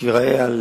שייראה על